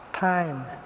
Time